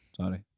Sorry